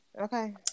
Okay